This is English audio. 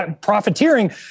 profiteering